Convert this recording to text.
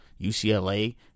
UCLA